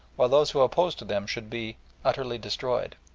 while those who opposed them should be utterly destroyed.